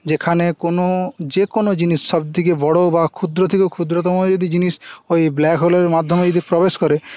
যেখানে কোনও যেকোনও জিনিস সব থেকে বড়ো বা ক্ষুদ্র থেকেও ক্ষুদ্রতম যদি জিনিস ওই ব্ল্যাক হোলের মাধ্যমে যদি প্রবেশ করে